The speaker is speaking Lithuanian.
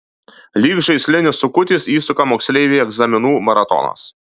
lyg žaislinis sukutis įsuka moksleivį egzaminų maratonas